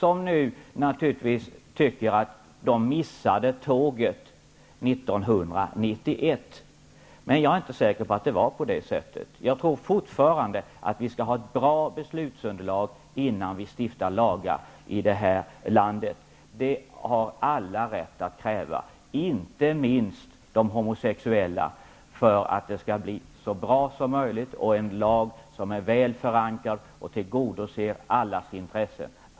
De tycker nu att de missade tåget år 1991. Jag är emellertid inte säker på att det är på det sättet. Fortfarande tror jag att vi skall ha ett bra beslutsunderlag innan vi stiftar lagar i Sverige. Det har alla rätt att kräva, inte minst de homosexuella, för att det skall bli så bra som möjligt, med en lag väl förankrad och som tillgodoser allas intressen.